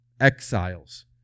exiles